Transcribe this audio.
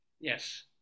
Yes